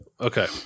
Okay